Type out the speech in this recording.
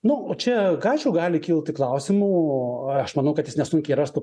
na o čia k aišku gali kilti klausimų o aš manau kad jis nesunkiai rastų